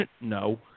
no